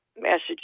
Massachusetts